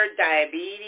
diabetes